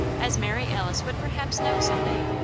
as mary alice would perhaps know, some day.